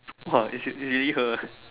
!wah! it's it's really her eh